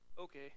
okay